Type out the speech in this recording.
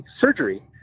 surgery